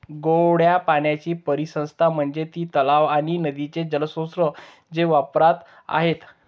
गोड्या पाण्याची परिसंस्था म्हणजे ती तलाव आणि नदीचे जलस्रोत जे वापरात आहेत